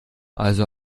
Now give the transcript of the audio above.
also